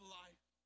life